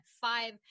five